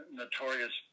notorious